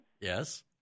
Yes